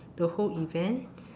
the whole event